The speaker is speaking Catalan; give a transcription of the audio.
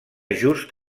just